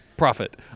Profit